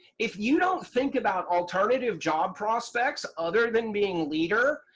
if you don't think about alternative job prospects other than being leader,